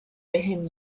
بهم